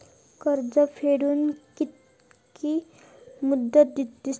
कर्ज फेडूक कित्की मुदत दितात?